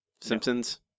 Simpsons